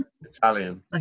Italian